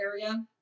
area